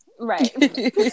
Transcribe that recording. Right